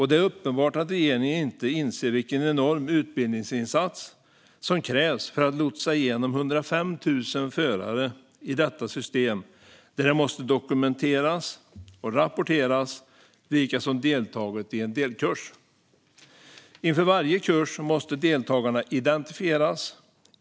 Det är uppenbart att regeringen inte inser vilken enorm utbildningsinsats som krävs för att lotsa 105 000 förare igenom detta system, där det måste dokumenteras och rapporteras vilka som deltagit i en delkurs. Inför varje kurs måste deltagarna identifieras.